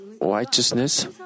righteousness